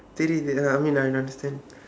uh I mean I don't understand